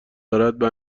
دارد، به